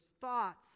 thoughts